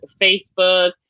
facebook